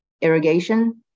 irrigation